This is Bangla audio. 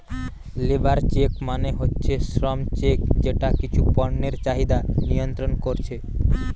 লেবার চেক মানে হচ্ছে শ্রম চেক যেটা কিছু পণ্যের চাহিদা নিয়ন্ত্রণ কোরছে